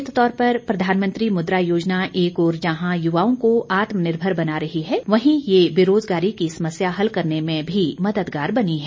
निश्चित तौर पर प्रधानमंत्री मुद्रा योजना एक ओर जहां युवाओं को आत्मनिर्भर बना रही है वहीं यह बेरोज़गार की समस्या हल करने की भी मददगार बनी है